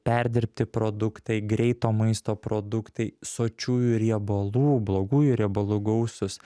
perdirbti produktai greito maisto produktai sočiųjų riebalų blogųjų riebalų gausūs